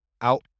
out